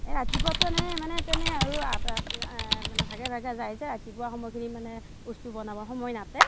এই ৰাতিপুৱাৰটো এনেই মানে তেনেই আৰু আত আত মানে ভাগে ভাগে যাই যে ৰাতিপুৱাৰ সময়খিনিত মানে বস্তু বনাৰ সময় নাটে